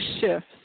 Shifts